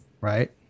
right